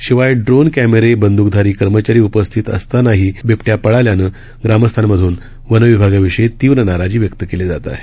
शिवायडोनकॅमेरे बंदूकधारीकर्मचारीउपस्थितअसतानाहीबिबट्यापळाल्यानेग्रामस्थांमधूनवनविभागाविषयीतीव्रनाराजीव्य क्तकेलीजातआहे